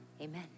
amen